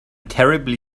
terribly